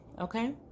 Okay